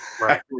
right